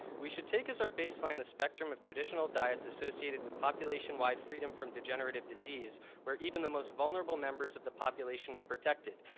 we should take as our baseline the spectrum of traditional diets associated with population-wide freedom from degenerative disease, where even the most vulnerable members of the population were protected.